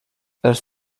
els